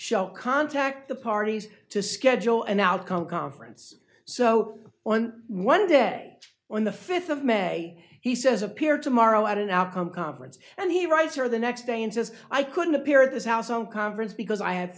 show contact the parties to schedule an outcome conference so on one day on the fifth of may he says appear tomorrow at an outcome conference and he writes her the next day and says i couldn't appear at this house on conference because i had